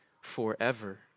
forever